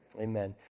Amen